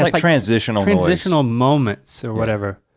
like transitional transitional moments or whatever.